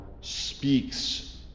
speaks